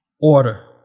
order